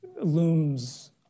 looms